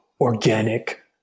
organic